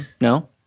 No